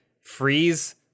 freeze